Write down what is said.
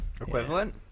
Equivalent